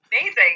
amazing